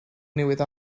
newydd